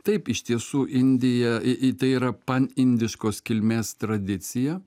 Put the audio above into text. taip iš tiesų indija į tai yra pan indiškos kilmės tradicija